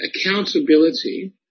accountability